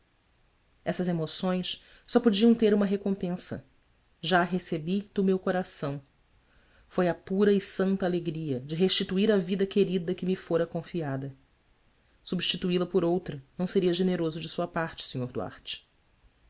essas emoções só podiam ter uma recompensa já a recebi do meu coração foi a pura e santa alegria de restituir a vida querida que me fora confiada substituí la por outra não seria generoso de sua parte sr duarte